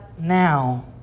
now